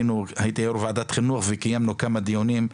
הייתי יו"ר ועדת חינוך וקיימנו כמה דיונים,